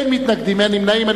אין מתנגדים ואין נמנעים.